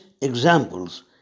examples